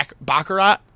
Baccarat